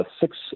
six